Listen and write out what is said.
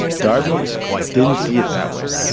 darby didn't see it that way.